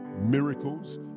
miracles